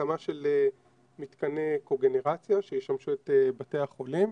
להקמה של מתקני קוגנרציה שישמשו את בתי החולים.